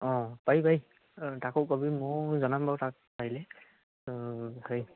অঁ পাৰি পাৰি অঁ তাকো ক'বি ময়ো জনাম বাৰু তাক পাৰিলে অঁ হেৰি